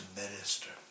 minister